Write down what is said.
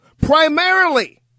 Primarily